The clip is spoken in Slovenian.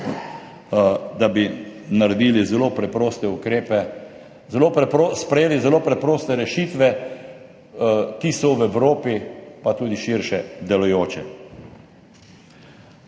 da bi naredili zelo preproste ukrepe, sprejeli zelo preproste rešitve, ki so v Evropi pa tudi širše delujoče.